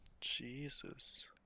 Jesus